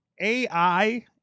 AI